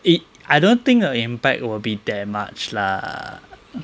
it I don't think the impact will be that much lah